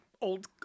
old